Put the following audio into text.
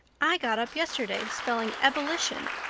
i got up yesterday spelling ebullition.